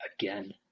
Again